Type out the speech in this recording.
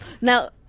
now